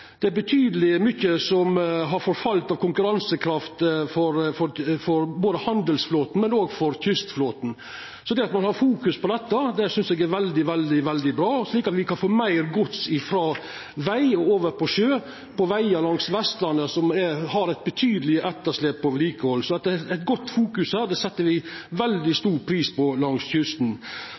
det. Det er betydeleg kor mykje som har forfalle av konkurransekraft både for handelsflåten og for kystflåten. Det at ein fokuserer på dette, synest eg er veldig, veldig bra. Slik kan me få meir gods frå veg – vegar langs Vestlandet som har eit betydeleg etterslep på vedlikehald – og over på sjø. Så det vert fokusert godt her, og det set me veldig stor pris på langs kysten